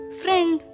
friend